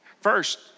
First